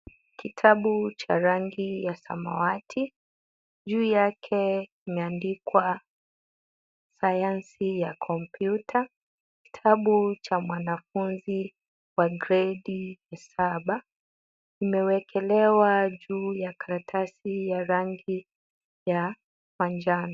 Kitabu cha rangi ya samawati. Juu yake imeandikwa sayansi ya kompyuta, ni kitabu cha mwanafunzi wa gredi ya saba, imewekelewa juu ya karatasi ya rangi ya manjano.